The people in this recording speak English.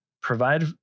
provide